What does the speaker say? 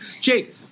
Jake